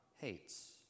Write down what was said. hates